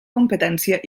competència